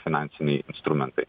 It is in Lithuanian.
finansiniai instrumentai